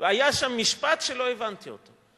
היה שם משפט שלא הבנתי אותו.